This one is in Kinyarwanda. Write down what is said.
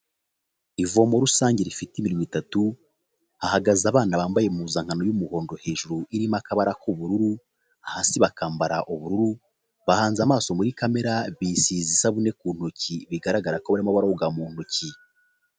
Ivomo rusange rifite iminwa itatu, hagaze abana bambaye impuzankano y'umuhondo hejuru irimo akabara k'ubururu, hasi bakambara ubururu, bahanze amaso muri kamere bisize isabune ku ntoki bigaragara ko barimo baroga mu ntoki.